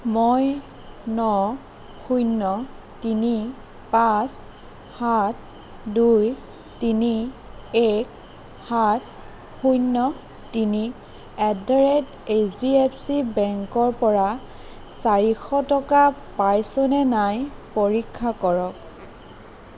মই ন শূন্য তিনি পাঁচ সাত দুই তিনি এক সাত শূন্য তিনি at the rate H D F C বেংকৰ পৰা চাৰিশ টকা পাইছোনে নাই পৰীক্ষা কৰক